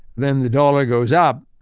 then the dollar goes up,